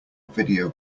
video